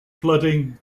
flooding